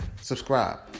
subscribe